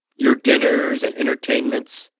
your dinners and entertainments.